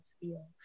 feel